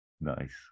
Nice